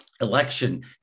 election